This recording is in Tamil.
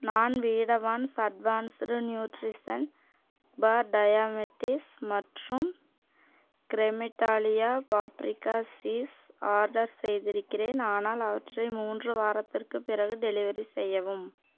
நான் வீடவான்ஸ் அட்வான்ஸ்டு நியூட்ரிஷன் பார் டயாமெட்டிஸ் மற்றும் க்ரெமிட்டாலியா பாப்ரிகா சீஸ் ஆர்டர் செய்திருக்கிறேன் ஆனால் அவற்றை மூன்று வாரத்திற்குப் பிறகு டெலிவரி செய்யவும்